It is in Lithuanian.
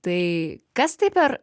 tai kas tai per